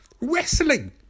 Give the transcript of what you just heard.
Wrestling